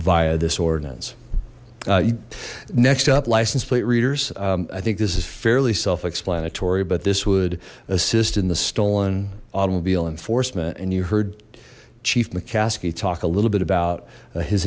via this ordinance next up license plate readers i think this is fairly self explanatory but this would assist in the stolen automobile enforcement and you heard chief mccaskey talk a little bit about